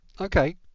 Okay